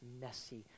messy